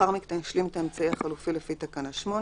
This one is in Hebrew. ולאחר מכן השלים את האמצעי החלופי לפי תקנה 8,